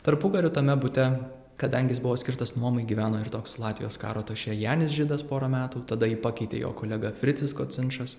tarpukariu tame bute kadangi jis buvo skirtas nuomai gyveno ir toks latvijos karo atašė janis židas porą metų tada jį pakeitė jo kolega fricis kocinšas